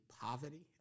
poverty